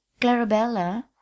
clarabella